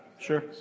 Sure